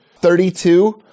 thirty-two